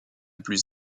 plus